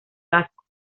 vasco